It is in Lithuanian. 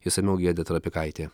išsamiau giedrė trapikaitė